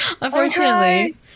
Unfortunately